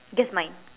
guess mine